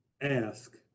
ask